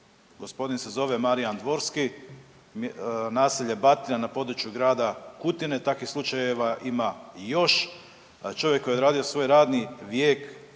Gospodin se zove Marijan Dvorski, naselje Batina na području grada Kutine, takvih slučajeva ima još, da čovjek koji je odradio svoj radni vijek